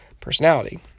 personality